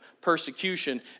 persecution